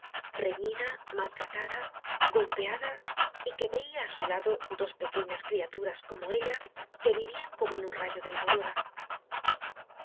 reñida maltratada golpeada y que veia á su lado dos pequeñas criaturas como ella que vivian como en un rayo de la aurora